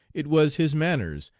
it was his manners,